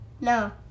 No